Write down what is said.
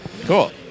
Cool